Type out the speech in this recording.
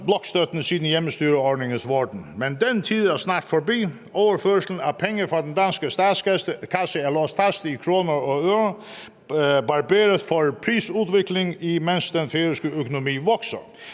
blokstøtten siden hjemmestyreordningens vorden. Men den tid er snart forbi, da overførslen af penge fra den danske statskasse er låst fast i kroner og ører, barberet for prisudvikling, imens den færøske økonomi vokser.